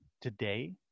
today